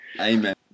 Amen